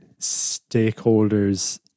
stakeholders